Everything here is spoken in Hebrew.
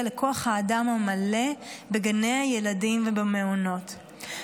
לכוח האדם המלא בגני הילדים ובמעונות.